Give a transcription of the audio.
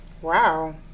wow